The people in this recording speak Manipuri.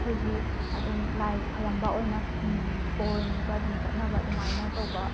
ꯑꯩꯈꯣꯏꯒꯤ ꯑꯗꯨꯝ ꯂꯥꯏ ꯈꯣꯏꯔꯝꯕ ꯑꯣꯏꯅ ꯕꯣꯔ ꯅꯤꯕ ꯑꯗꯨꯝ ꯆꯠꯅꯕ ꯑꯗꯨꯃꯥꯏꯅ ꯇꯧꯕ